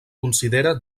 considera